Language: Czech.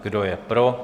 Kdo je pro?